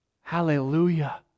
Hallelujah